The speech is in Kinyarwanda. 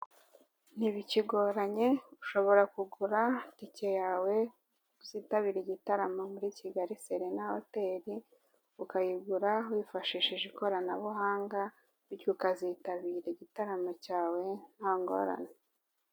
Ntibikigoranye ushobora kugura itike yawe uzitabire igitaramo muri Kigali serena hoteri ukayigura wifashishije ikoranabuhanga bityo ukazitabira igitaramo cyawe ntangorane.